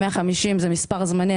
ה-150 זה מספר זמני.